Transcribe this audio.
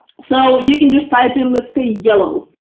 so you can just type in let's say yellow.